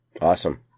Awesome